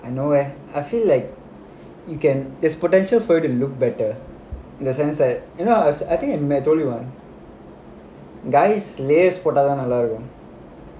no leh I feel like you can there's potential for you look better in the sense that you know I was I think I told you ah guys layers போட்டா தான் நல்லா இருக்கும்:pottaa thaan nallaa irukkum